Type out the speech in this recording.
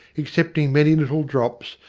accepting many little drops,